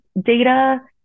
data